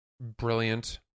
brilliant